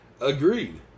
Agreed